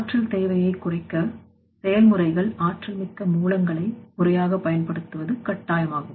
ஆற்றல் தேவையை குறைக்க செயல்முறைகள் ஆற்றல்மிக்க மூலங்களை முறையாக பயன்படுத்துவது கட்டாயமாகும்